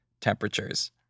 temperatures